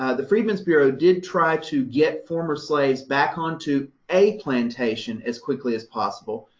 ah the freedmen's bureau did try to get former slaves back onto a plantation as quickly as possible,